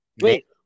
Wait